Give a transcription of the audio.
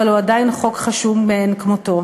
אבל הוא עדיין חוק חשוב מאין כמותו,